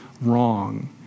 wrong